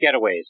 Getaways